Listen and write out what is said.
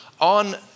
on